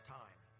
time